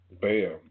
Bam